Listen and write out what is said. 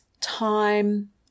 time